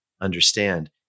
understand